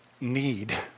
need